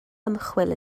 ymchwil